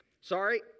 sorry